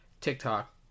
TikTok